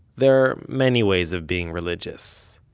there are many ways of being religious.